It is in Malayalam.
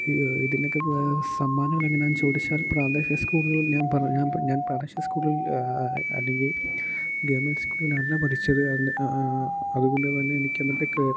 ഇതിന് ഒക്കെ സമ്മാനം എങ്ങനാന്ന് ചോദിച്ചാൽ പ്രാദേശിക സ്കൂളുകളിൽ ഞാൻ ഞാൻ പ്രാദേശിക സ്കൂളുകളിൽ അല്ലെങ്കിൽ ഗവൺമെൻറ് സ്കൂളിൽ അല്ല പഠിച്ചത് അതുകൊണ്ട് തന്നെ എനിക്ക് എന്നിട്ട് കയറി